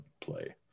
play